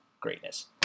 Greatness